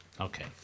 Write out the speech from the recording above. Okay